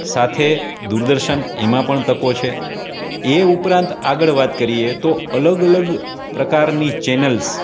સાથે દૂરદર્શન એમાં પણ તકો છે એ ઉપરાંત આગળ વાત કરીએ તો અલગ અલગ પ્રકારની ચેનલ્સ